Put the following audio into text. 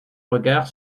regard